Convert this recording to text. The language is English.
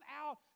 out